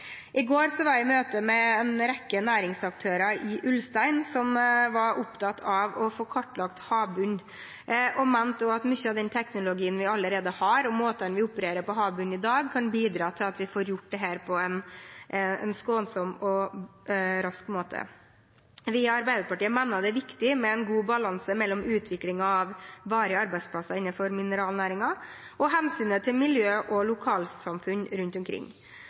I går var jeg i et møte med en rekke næringsaktører i Ulstein som var opptatt av å få kartlagt havbunnen, og som mente at mye av den teknologien vi allerede har, og måtene vi opererer på på havbunnen i dag, kan bidra til at vi får gjort dette på en skånsom og rask måte. Vi i Arbeiderpartiet mener det er viktig med en god balanse mellom utvikling av varige arbeidsplasser innenfor mineralnæringen og hensynet til miljøet og lokalsamfunn rundt omkring.